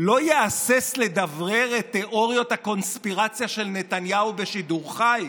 לא יהסס לדברר את תיאוריות הקונספירציה של נתניהו בשידור חי: